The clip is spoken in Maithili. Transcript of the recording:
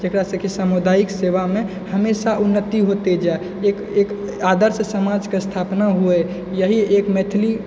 जकरासँ कि सामुदायिक सेवामे हमेशा उन्नति होते जाइ एक एक आदर्श समाजके स्थापना हुअए यही एक मैथिली